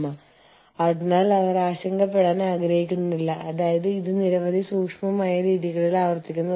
നിങ്ങൾ മൾട്ടിനാഷണൽ ആകുമ്പോൾ നിങ്ങൾ വിവിധ രാജ്യങ്ങളിൽ ഓഫീസുകൾ സ്ഥാപിക്കുന്നു